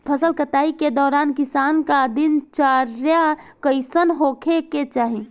फसल कटाई के दौरान किसान क दिनचर्या कईसन होखे के चाही?